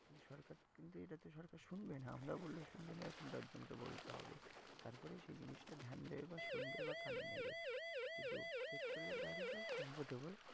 সরকার কিন্তু এটা তো সরকার শুনবে না আমরা বললেও শুনবে না এখন দশ জনকে বলতে হবে তার পরেই সেই জিনিসটা ধ্যান দেবে বা শুনবে বা কানে নেবে কিন্তু পেট্রোলের গাড়িটাই কমফর্টেবল